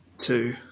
two